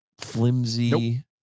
flimsy